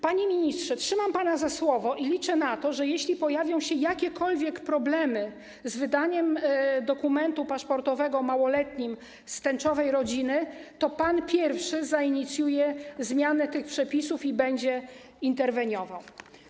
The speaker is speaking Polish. Panie ministrze, trzymam pana za słowo i liczę na to, że jeśli pojawią się jakiekolwiek problemy z wydaniem dokumentu paszportowego małoletniemu z tęczowej rodziny, to pan pierwszy zainicjuje zmianę tych przepisów i będzie interweniował.